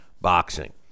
Boxing